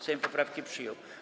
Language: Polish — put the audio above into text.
Sejm poprawki przyjął.